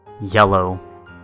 yellow